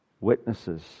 witnesses